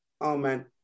amen